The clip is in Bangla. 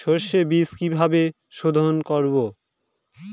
সর্ষে বিজ কিভাবে সোধোন করব?